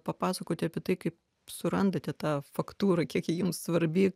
papasakoti apie tai kaip surandate tą faktūrą kiek ji jums svarbi